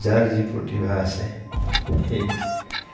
যাৰ যি প্ৰতিভা আছে সেই